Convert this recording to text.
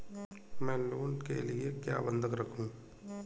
मैं लोन के लिए क्या बंधक रखूं?